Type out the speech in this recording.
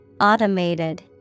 Automated